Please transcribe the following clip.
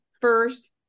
first